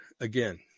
again